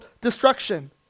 destruction